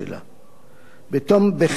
בתום בחינה מדוקדקת